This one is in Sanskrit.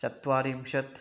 चत्वारिंशत्